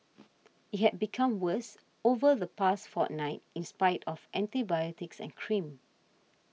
it had become worse over the past fortnight in spite of antibiotics and cream